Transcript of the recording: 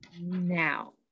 now